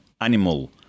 animal